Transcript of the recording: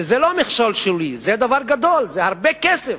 שזה לא מכשול שולי, זה דבר גדול, זה הרבה כסף,